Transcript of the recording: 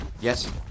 Yes